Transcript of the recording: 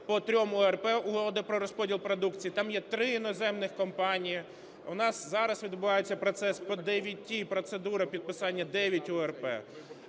по трьом УРП – угоди про розподіл продукції. Там є три іноземних компанії. У нас зараз відбувається процес по дев'яти, процедури підписання